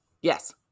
Yes